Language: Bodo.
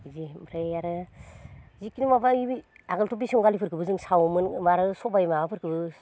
इदि ओमफ्राय आरो जिखिनि माबा आगोलथ' बेसंगालिफोरखौबो सावोमोन आरो सबाय माबाफोरखो